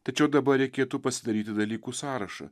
tačiau dabar reikėtų pasidaryti dalykų sąrašą